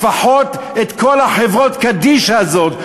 לפחות את כל החברות קדישא האלה,